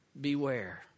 beware